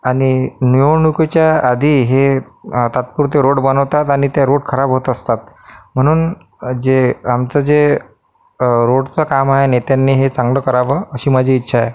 आणि निवडणुकीच्या आधी हे तात्पुरते रोड बनवतात आणि ते रोड खराब होत असतात म्हणून जे आमचं जे रोडचं काम आहे नेत्यांनी हे चांगलं करावं अशी माझी इच्छा आहे